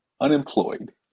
unemployed